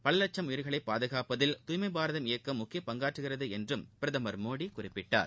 பல லட்சம் உயிர்களை பாதுகாப்பதில் தூய்மை பாரதம் இயக்கம் முக்கிய பங்காற்றுகிறது என்றும் பிரதமர் மோடி குறிப்பிட்டார்